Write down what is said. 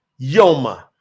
Yoma